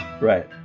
Right